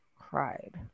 cried